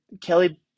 Kelly